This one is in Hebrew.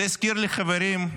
זה הזכיר לי, חברים,